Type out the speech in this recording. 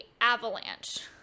avalanche